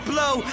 Blow